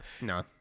no